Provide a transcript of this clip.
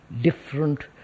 different